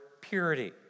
purity